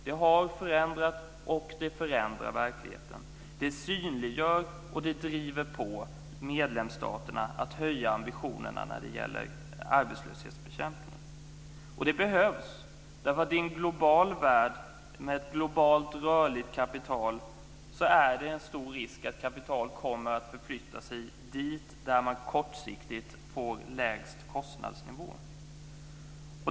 Det har förändrat, och det förändrar, verkligheten. Det synliggör och det driver på medlemsstaterna att höja ambitionerna när det gäller arbetslöshetsbekämpningen. Och det behövs, därför att i en global värld med ett globalt rörligt kapital finns det en stor risk att kapital kommer att förflytta sig dit där man kortsiktigt får lägst kostnadsnivå.